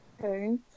Okay